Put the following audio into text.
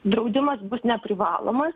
draudimas bus neprivalomas